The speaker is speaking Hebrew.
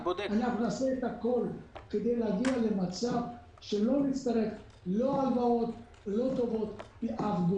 אנחנו נעשה הכול כדי להגיע למצב שלא נצטרך הלוואות או טובות מאף גוף.